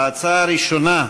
ההצעה הראשונה: